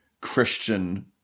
Christian